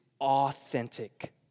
authentic